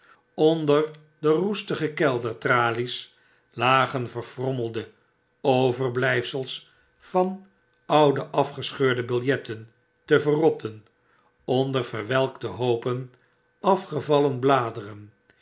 onder de roestige kcldertralies lagen verfrommelde overblijfsels van oude afgescheurde biljetten te verrotten onder verwelkte hoopen afgevallen bladeren